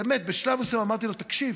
באמת, בשלב מסוים אמרתי לו: תקשיב,